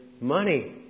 money